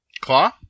Claw